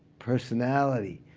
personality,